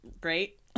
great